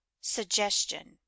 suggestion